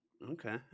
Okay